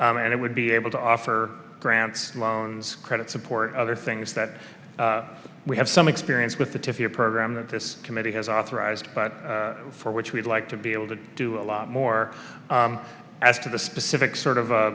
on and it would be able to offer grants loans credit support other things that we have some experience with the to your program that this committee has authorized but for which we'd like to be able to do a lot more as to the specific sort of